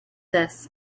this